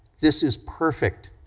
this is perfect,